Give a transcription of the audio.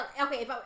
Okay